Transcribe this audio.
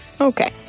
Okay